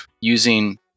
using